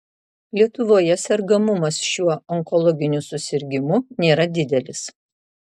lietuvoje sergamumas šiuo onkologiniu susirgimu nėra didelis